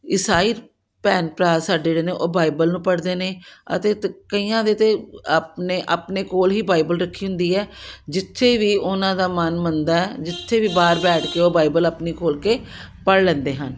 ਇਸਾਈ ਭੈਣ ਭਰਾ ਸਾਡੇ ਜਿਹੜੇ ਨੇ ਉਹ ਬਾਈਬਲ ਨੂੰ ਪੜ੍ਹਦੇ ਨੇ ਅਤੇ ਤ ਕਈਆਂ ਦੇ ਤਾਂ ਆਪਣੇ ਆਪਣੇ ਕੋਲ ਹੀ ਬਾਈਬਲ ਰੱਖੀ ਹੁੰਦੀ ਹੈ ਜਿੱਥੇ ਵੀ ਉਹਨਾਂ ਦਾ ਮਨ ਮੰਨਦਾ ਜਿੱਥੇ ਵੀ ਬਾਹਰ ਬੈਠ ਕੇ ਉਹ ਬਾਈਬਲ ਆਪਣੀ ਖੋਲ੍ਹ ਕੇ ਪੜ੍ਹ ਲੈਂਦੇ ਹਨ